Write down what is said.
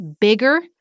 bigger